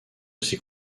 aussi